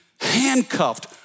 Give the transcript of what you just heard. handcuffed